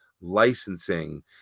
licensing